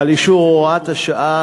על אישור הוראת השעה